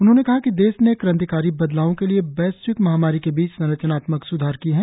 उन्होंने कहा कि देश ने क्रांतिकारी बदलावों के लिए वैश्विक महामारी के बीच संरचनात्मक स्धार किए हैं